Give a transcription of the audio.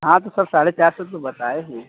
हाँ तो सर साढ़े चार सौ तो बताए ही हैं